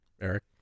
Eric